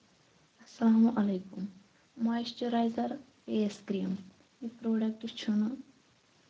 اَسلام علیکُم moisturizer face cream یہِ پرٛوڈکٹ چھُنہٕ